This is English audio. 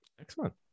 Excellent